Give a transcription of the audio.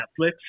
Netflix